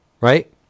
Right